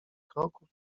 kroków